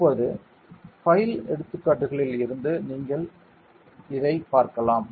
இப்போது பைல் எடுத்துக்காட்டுகளில் இருந்து இதை நீங்கள் பார்க்கலாம்